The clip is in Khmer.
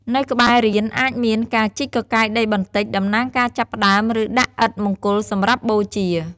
នៅក្បែររាន អាចមាន ការជីកកកាយដីបន្តិច តំណាងការចាប់ផ្ដើម ឬដាក់ឥដ្ឋមង្គលសម្រាប់បូជា។